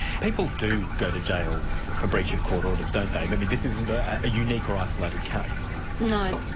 people do go to jail for breach of court orders, don't they? i but mean this isn't a ah unique or isolated case. no,